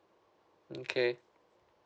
okay